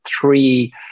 three